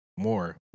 More